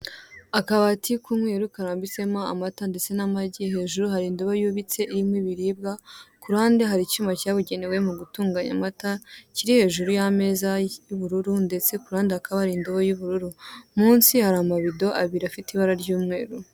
Akabati k'umweru karambitsemo amata ndetse n'amagi, hejuru hari indubo yubitse irimo ibiribwa, ku ruhande hari icyuma cyabugenewe mu gutunganya amata kiri hejuru y'ameza y'ubururu ndetse ku ruhande hakaba hari indobo y'ubururu, munsi hari amabido abiri afite ibara ry'umweru.